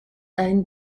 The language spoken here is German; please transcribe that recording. ein